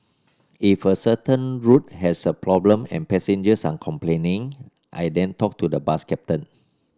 if a certain route has a problem and passengers are complaining I then talk to the bus captain